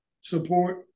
support